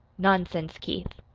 nonsense, keith!